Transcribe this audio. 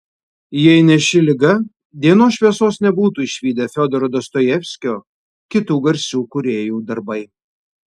jei ne ši liga dienos šviesos nebūtų išvydę fiodoro dostojevskio kitų garsių kūrėjų darbai